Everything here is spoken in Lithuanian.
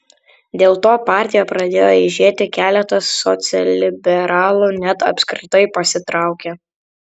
dėl to partija pradėjo eižėti keletas socialliberalų net apskritai pasitraukė